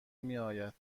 میآید